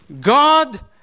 God